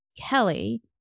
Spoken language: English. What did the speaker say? Kelly